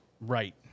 right